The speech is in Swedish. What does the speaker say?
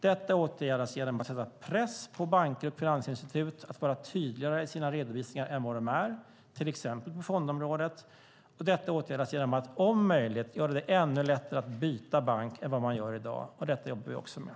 Detta åtgärdas genom att sätta press på banker och finansinstitut att vara tydligare i sina redovisningar än vad de är, till exempel på fondområdet. Detta åtgärdas genom att om möjligt göra det ännu lättare att byta bank än vad det är i dag. Detta jobbar vi också med.